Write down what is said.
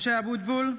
(קוראת בשמות חברי הכנסת) משה אבוטבול,